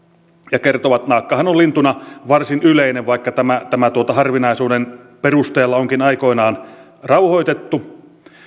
ja kertovat naakkahan on lintuna varsin yleinen vaikka se harvinaisuuden perusteella onkin aikoinaan rauhoitettu